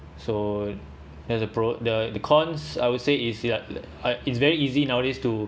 so there's a pro the the cons I would say is it like I it's very easy nowadays to